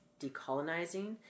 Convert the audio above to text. decolonizing